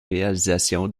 réalisations